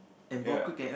ya